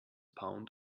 pound